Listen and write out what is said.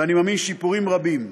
ואני מאמין, שיפורים רבים.